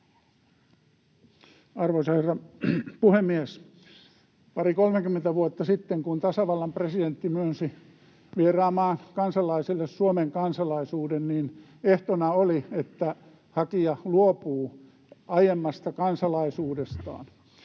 Arvoisa herra puhemies! Pari—kolmekymmentä vuotta sitten, kun tasavallan presidentti myönsi vieraan maan kansalaisille Suomen kansalaisuuden, ehtona oli, että hakija luopuu aiemmasta kansalaisuudestaan.